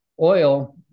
oil